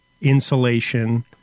insulation